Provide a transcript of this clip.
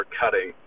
cutting